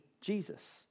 Jesus